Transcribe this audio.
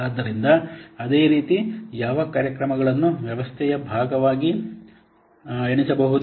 ಆದ್ದರಿಂದ ಅದೇ ರೀತಿ ಯಾವ ಕಾರ್ಯಕ್ರಮಗಳನ್ನು ವ್ಯವಸ್ಥೆಯ ಭಾಗವಾಗಿ ಎಣಿಸಬೇಕು